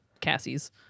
Cassies